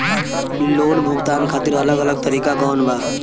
Loan भुगतान खातिर अलग अलग तरीका कौन बा?